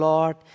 Lord